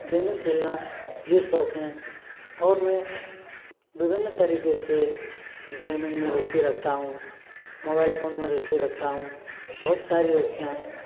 gaming खेलना ये शौक हैं और मैं विभिन्न तरीके से गेमिंग में रूचि रखता हूँ मोबाइल फ़ोन में रूचि रखता हूँ बहुत सारी रुचियाँ हैं